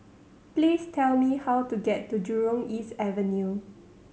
please tell me how to get to Jurong East Avenue